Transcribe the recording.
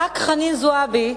חברת הכנסת חנין זועבי,